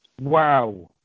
Wow